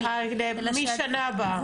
כן, משנה הבאה.